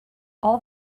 all